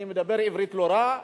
אני מדבר עברית לא רע,